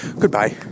Goodbye